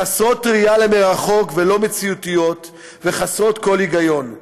חסרות ראייה למרחוק ולא מציאותיות וחסרות כל היגיון.